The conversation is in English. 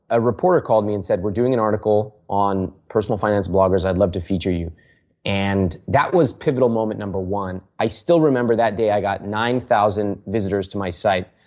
a reporter called me and said we are doing an article on personal finance bloggers. i would love to feature you and that was pivotal moment number one. i still remember that day. i got nine thousand visitors to my site,